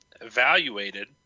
evaluated